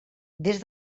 des